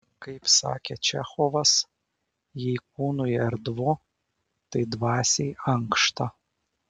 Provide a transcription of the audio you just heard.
kaip sakė čechovas jei kūnui erdvu tai dvasiai ankšta